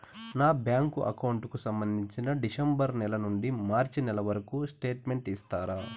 నా bank account కు సంబంధించి డిసెంబరు నెల నుండి మార్చి నెలవరకు స్టేట్మెంట్ ఇస్తారా?